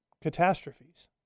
catastrophes